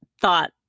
thought